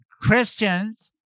Christians